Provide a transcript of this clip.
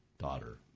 daughter